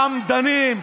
חמדנים,